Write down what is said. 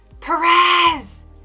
Perez